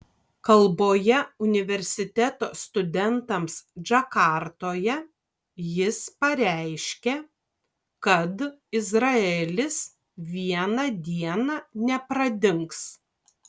kalboje universiteto studentams džakartoje jis pareiškė kad izraelis vieną dieną nepradings